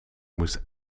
moest